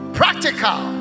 practical